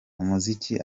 umuziki